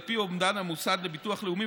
על פי אומדן המוסד לביטוח לאומי,